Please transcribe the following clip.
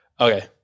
Okay